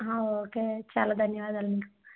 okay చాలా ధన్యవాదాలు మీకు